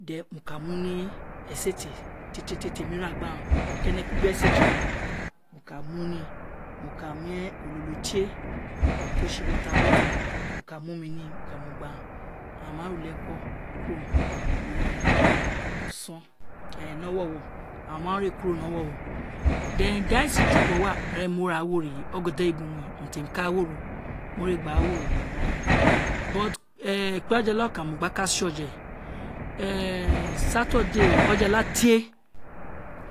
Then mo laa mu ni esete tie tie tiemi ikene kun ka gba toro aghan ka mu ni, a ka mu ololo tie ti o si water bottle aka mu omi ni awa gba gba re ulieko ama re ulieko kuro ni owowo ama re kuro ni owowo then di aghan ee si jubo wa, eren mo ra gharo o gedeyibo ti emi ka glo ro, mo re gba ghoro gba wa ren but kpi eyijala mo gbe se oje saturday eyijala tie